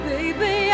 Baby